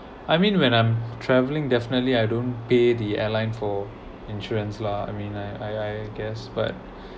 I mean when I'm travelling definitely I don't pay the airline for insurance lah I mean I I I guess but